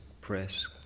press